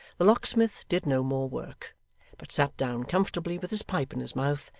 the locksmith did no more work but sat down comfortably with his pipe in his mouth,